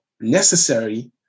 necessary